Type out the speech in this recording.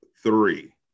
three